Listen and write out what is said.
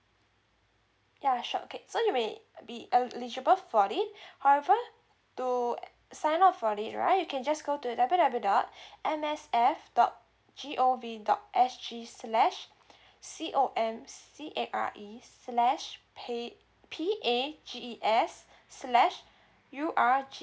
ya sure okay so you may be uh eligible for it however to uh sign up for it right you can just go to W W dot M S F dot G_O_V dot S_G slash C O M C A R E slash pages P A G E S slash U R G